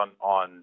on